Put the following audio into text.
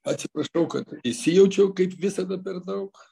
atsiprašau kad įsijaučiau kaip visada per daug